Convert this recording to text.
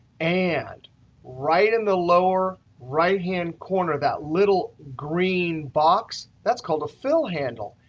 and right in the lower right-hand corner, that little green box that's called a fill handle.